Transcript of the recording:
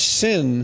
sin